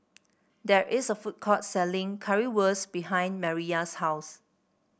there is a food court selling Currywurst behind Mariyah's house